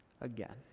again